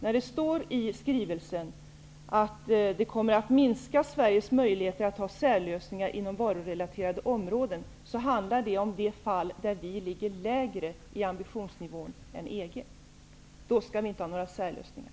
När det står i skrivelsen att det kommer att minska Sveriges möjligheter att ha särlösningar inom varurelaterade områden, skall jag tolka det som att det handlar om de fall där vi har en lägre ambitionsnivå än EG? Är det då vi inte skall ha några särlösningar?